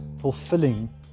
fulfilling